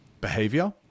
behavior